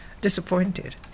disappointed